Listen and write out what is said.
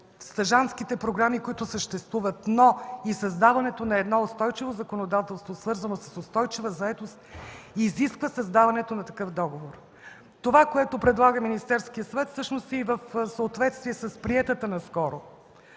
стажантските програми, които съществуват, но и създаването на едно устойчиво законодателство, свързано с устойчива заетост, изисква създаването на такъв договор. Това, което предлага Министерският съвет, всъщност е и в съответствие с приетата наскоро